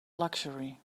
luxury